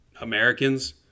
Americans